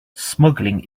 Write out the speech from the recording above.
smuggling